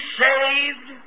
saved